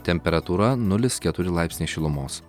temperatūra nulis keturi laipsniai šilumos